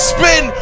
Spin